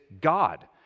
God